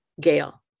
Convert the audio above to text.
Gail